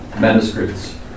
manuscripts